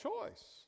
choice